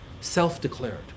self-declared